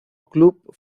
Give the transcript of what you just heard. club